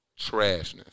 trashness